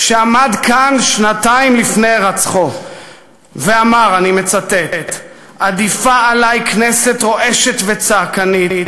עמד כאן שנתיים לפני הירצחו ואמר: "עדיפה עלי כנסת רועשת וצעקנית